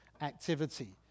activity